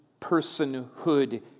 personhood